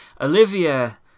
Olivia